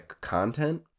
content